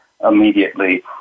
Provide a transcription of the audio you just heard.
Immediately